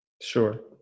Sure